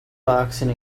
boxing